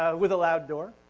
ah with a loud door.